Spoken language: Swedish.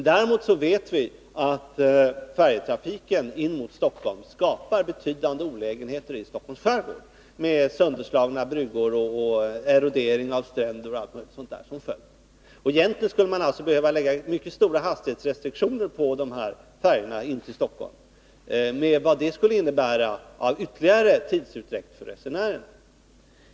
Däremot vet vi att färjetrafiken in mot Stockholm skapar betydande olägenheter i Stockholms skärgård med sönderslagna bryggor, erodering av stränder och annat. Egentligen skulle man därför behöva införa mycket stora hastighetsrestriktioner för färjorna in till Stockholm, vilket skulle innebära ytterligare tidsutdräkt för resenärerna.